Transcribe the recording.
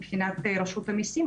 מבחינת רשות המיסים,